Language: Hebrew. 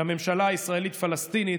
לממשלה הישראלית-פלסטינית,